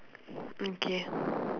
okay